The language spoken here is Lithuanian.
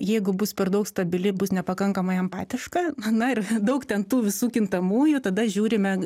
jeigu bus per daug stabili bus nepakankamai empatiška na ir daug ten tų visų kintamųjų tada žiūrime